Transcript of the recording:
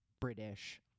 British